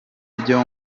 byo